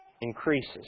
increases